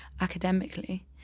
academically